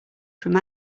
from